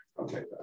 Okay